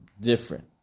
different